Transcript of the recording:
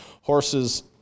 Horses